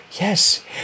Yes